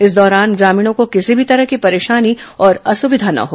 इस दौरान ग्रामीणों को किसी भी तरह की परेशानी और असुविधा न हो